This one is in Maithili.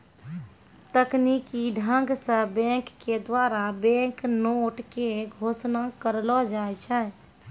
तकनीकी ढंग से बैंक के द्वारा बैंक नोट के घोषणा करलो जाय छै